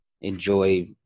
enjoy